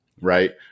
right